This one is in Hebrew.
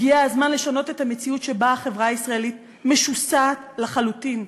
הגיע הזמן לשנות את המציאות שבה החברה הישראלית משוסעת לחלוטין.